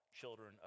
children